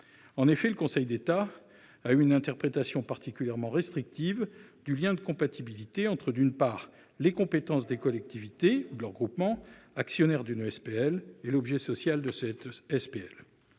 En effet, le Conseil d'État a eu une interprétation particulièrement restrictive du lien de compatibilité entre, d'une part, les compétences des collectivités ou de leurs groupements actionnaires d'une SPL et, d'autre part, l'objet social de cette SPL.